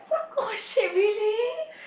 oh shit really